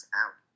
out